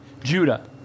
Judah